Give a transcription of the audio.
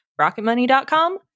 Rocketmoney.com